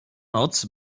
noc